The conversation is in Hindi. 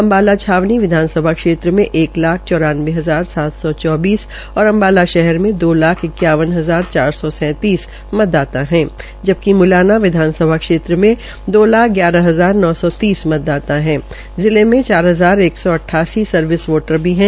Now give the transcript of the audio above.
अम्बाला छावनी विधानसभा क्षेत्र में एक लाख चौरानबे हजार सात सौ चौबीस और अम्बाला शहर में दो लाख इक्यावन हजार चार सौ सैंतीस मतदाता है जबकि मुलाना विधानसभा क्षेत्र में दो लाख ग्यारह नौ सौ बतीस मतदाता है जिले मे चार हजार एक सौ अट्ठासी सर्विस वोटर भी है